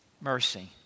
mercy